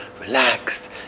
relaxed